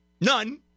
None